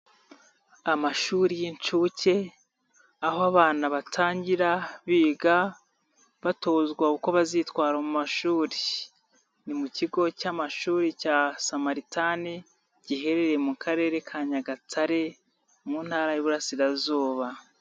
Amashuri y'incuke aho abana batangira biga batozwa uko bazitwara mu mashuri ni mu kigo cy'amashuri cya Samaritani giherereye mu karere ka Nyagatare mu Ntara y'Iburasirazuba.